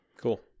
cool